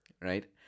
right